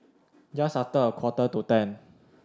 just after a quarter to ten